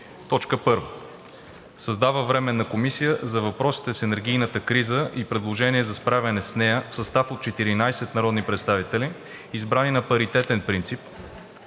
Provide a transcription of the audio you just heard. РЕШИ: 1. Създава Временна комисия за въпросите с енергийната криза и предложение за справяне с нея в състав от 14 народни представители, избрани на паритетен принцип